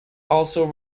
also